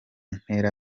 ntera